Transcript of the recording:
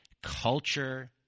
culture